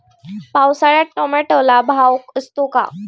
पावसाळ्यात टोमॅटोला भाव असतो का?